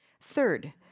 Third